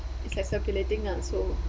it's like circulating ah so